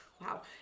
Wow